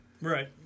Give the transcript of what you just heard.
right